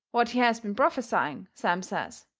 what he has been prophesying, sam says,